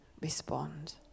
respond